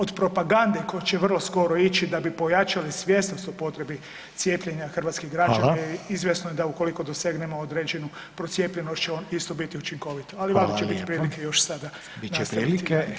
Od propagande koja će vrlo skoro ići da bi pojačali svjesnost o potrebi cijepljenja hrvatskih građana [[Upadica: Hvala.]] izvjesno je da ukoliko dosegnemo određenu procijepljenost će isto biti učinkovito, ali valjda će biti prilike još sada nastaviti.